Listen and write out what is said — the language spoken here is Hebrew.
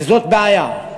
זאת בעיה.